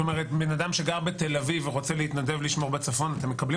זאת אומרת בן אדם שגר בתל אביב ורוצה להתנדב לשמור בצפון אתם מקבלים